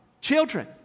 children